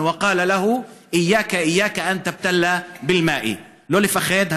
השליך אותו כבול למים ואמר לו: היזהר לבל תירטב מהמים.) לא לפחד,